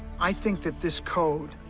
i think that this code,